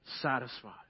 satisfied